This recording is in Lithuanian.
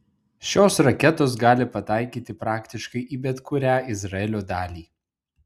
šios raketos gali pataikyti praktiškai į bet kurią izraelio dalį